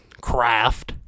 CRAFT